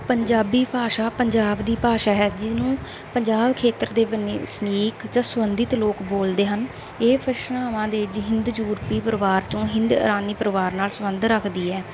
ਪੰਜਾਬੀ ਭਾਸ਼ਾ ਪੰਜਾਬ ਦੀ ਭਾਸ਼ਾ ਹੈ ਜਿਹਨੂੰ ਪੰਜਾਬ ਖੇਤਰ ਦੇ ਵਨ ਵਸਨੀਕ ਜਾਂ ਸੰਬੰਧਿਤ ਲੋਕ ਬੋਲਦੇ ਹਨ ਇਹ ਭਾਸ਼ਾਵਾਂ ਦੇ ਜਹਿੰਦ ਯੂਰਪੀ ਪਰਿਵਾਰ ਚੋਂ ਹਿੰਦ ਅਰਾਣੀ ਪਰਿਵਾਰ ਨਾਲ ਸੰਬੰਧ ਰੱਖਦੀ ਹੈ